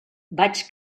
vaig